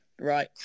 right